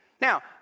Now